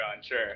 Sure